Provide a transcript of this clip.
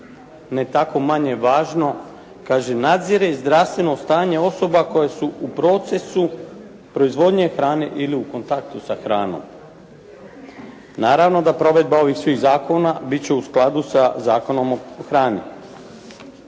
Ne tako manje važno, kaže nadzire i zdravstveno stanje osoba koje su u procesu proizvodnje hrane ili u kontaktu sa hranom. Naravno da provedba ovih svih zakona bit će u skladu sa Zakonom o hrani.